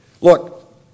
Look